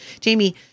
Jamie